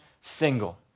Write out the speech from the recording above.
single